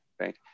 right